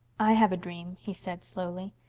i have a dream, he said slowly.